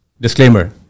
Disclaimer